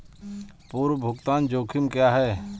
पूर्व भुगतान जोखिम क्या हैं?